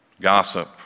Gossip